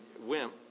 wimp